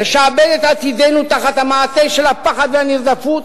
לשעבד את עתידנו תחת המעטה של הפחד והנרדפות,